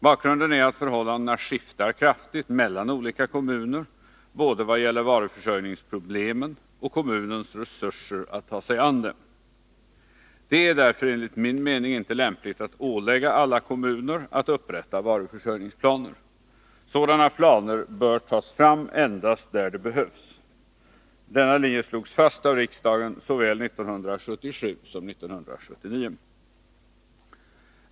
Bakgrunden är att förhållandena skiftar kraftigt mellan olika kommuner vad gäller både varuförsörjningsproblemen och kommunens resurser att ta sig an dem. Det är därför enligt min mening inte lämpligt att ålägga alla kommuner att upprätta varuförsörjningsplaner. Sådana planer bör tas fram endast där det behövs. Denna linje slogs fast av riksdagen såväl 1977 som 1979.